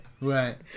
Right